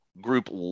group